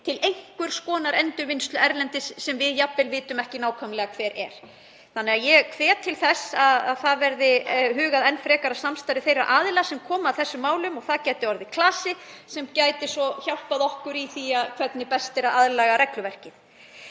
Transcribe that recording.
til einhvers konar endurvinnslu erlendis sem við jafnvel vitum ekki nákvæmlega hver er. Ég hvet til þess að enn frekar verði hugað að samstarfi þeirra aðila sem koma að þessum málum. Það gæti orðið klasi sem gæti svo hjálpað okkur í því hvernig best er að aðlaga regluverkið.